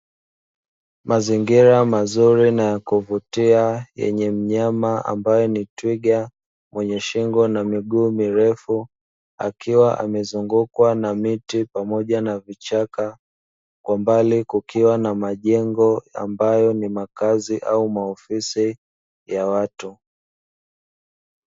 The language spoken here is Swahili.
Mazingira mazuri na ya kuvutia yenye mnyama ambaye ni twiga: mwenye shingo na miguu mirefu akiwa amezungukwa na miti pamoja na vichaka. Kwa mbali kukiwa na majengo ambayo ni makazi au maofisi ya watu.